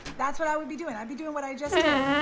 that's what i would be doing. i'd be doing what i just did.